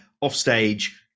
offstage